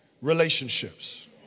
relationships